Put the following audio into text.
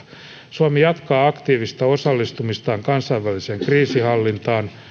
suomi jatkaa aktiivista osallistumistaan kansainväliseen kriisinhallintaan